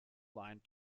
aligned